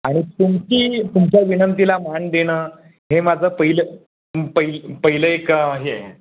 आणि तुमची तुमच्या विनंतीला मान देणं हे माझं पहिलं पहि पहिलं एक हे आहे